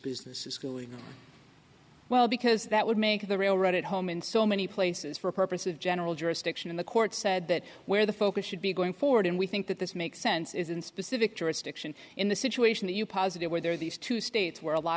business is killing us well because that would make the railroad at home in so many places for a purpose of general jurisdiction in the court said that where the focus should be going forward and we think that this makes sense is in specific jurisdiction in the situation that you positive where there are these two states where a lot